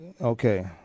Okay